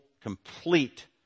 complete